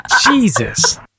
Jesus